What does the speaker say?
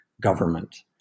government